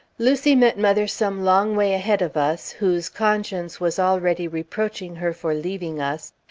lucy met mother some long way ahead of us, whose conscience was already reproaching her for leaving us,